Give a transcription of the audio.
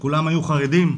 שכולם היו חרדים.